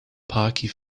parquet